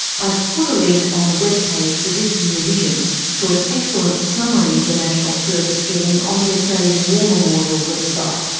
i've put a link on the web page for this rear vision to an excellent summary of the national service scheme on the australian war memorial website.